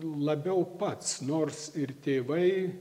labiau pats nors ir tėvai